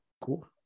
Cool